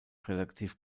relativ